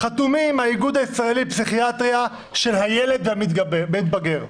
האיגוד הישראלי לפסיכיאטריה של הילד והמתבגר,